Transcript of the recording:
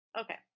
Okay